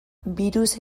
birusa